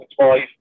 twice